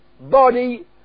body